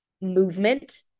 movement